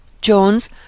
Jones